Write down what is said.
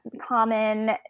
common